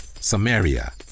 Samaria